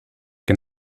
que